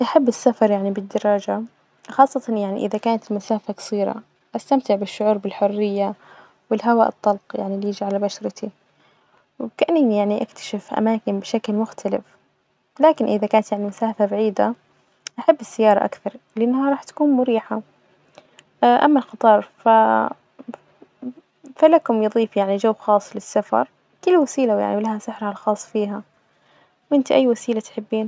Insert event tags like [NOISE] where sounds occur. أحب السفر يعني بالدراجة خاصة يعني إذا كانت المسافة جصيرة، أستمتع بالشعور بالحرية والهواء الطلق يعني اللي يجي على بشرتي، وكأني يعني أكتشف أماكن بشكل مختلف، لكن إذا كانت يعني مسافة بعيدة أحب السيارة أكثر، لإنها راح تكون مريحة [HESITATION] أما القطار ف [HESITATION] فلكم يضيف يعني جو خاص للسفر، كل وسيلة ويعني ولها سحرها الخاص فيها، وإنتي أي وسيلة تحبين?